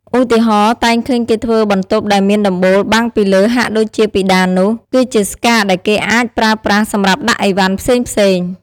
ឧទាហរណ៍ តែងឃើញគេធ្វើបន្ទប់ដែលមានដំបូលបាំងពីលើហាក់ដូចជាពិដាននោះ គឺជាស្កាកដែលគេអាចប្រើប្រាស់សម្រាប់ដាក់ឥវ៉ាន់ផ្សេងៗ ។